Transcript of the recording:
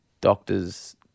doctors